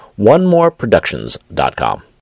OneMoreProductions.com